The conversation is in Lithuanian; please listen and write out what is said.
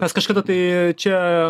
nes kažkada tai čia